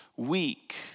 Weak